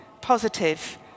positive